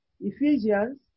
Ephesians